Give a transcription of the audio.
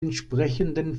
entsprechenden